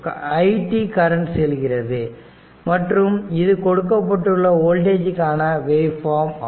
i current செல்கிறது மற்றும் இது கொடுக்கப்பட்டுள்ள வோல்டேஜ் காண வேவ் ஃபார்ம் ஆகும்